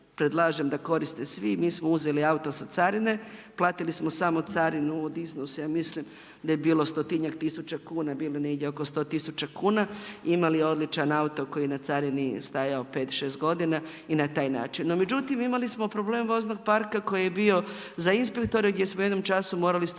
da koriste svi. Mi smo uzeli auto sa carine, platili smo samo carinu u iznosu ja mislim da je bilo stotinjak tisuća kuna, bilo je negdje oko sto tisuća kuna, imali odličan auto koji je na carini stajao pet, šest godina i na taj način. No međutim, imali smo problem voznog parka koji je na carini stajo pet, šest godina i